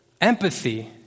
empathy